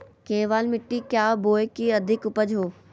केबाल मिट्टी क्या बोए की अधिक उपज हो?